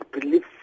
belief